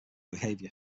behavior